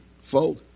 folk